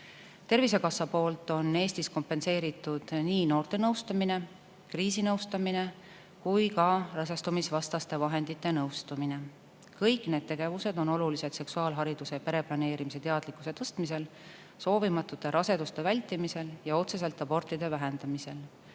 Tervisekassa poolt on Eestis kompenseeritud nii noorte nõustamine, kriisinõustamine kui ka rasestumisvastaste vahendite tutvustamine. Kõik need tegevused on olulised seksuaalhariduse ja pereplaneerimise teadlikkuse tõstmisel, soovimatute raseduste vältimisel ja otseselt abortide vähendamisel,